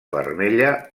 vermella